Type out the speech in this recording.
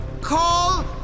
Call